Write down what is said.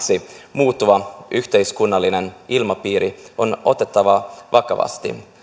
muuttuva yhteiskunnallinen ilmapiiri on otettava vakavasti